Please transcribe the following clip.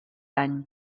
any